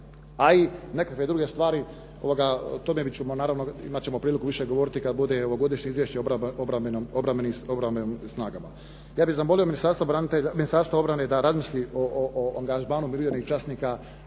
a i nekakve druge stvari, o tome ćemo naravno, imati ćemo priliku više govoriti kada bude ovogodišnje izvješće o obrambenim snagama. Ja bih zamolio Ministarstvo obrane da razmisli i angažmanu umirovljenih časnika